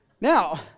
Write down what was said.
Now